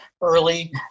early